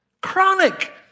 Chronic